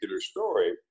story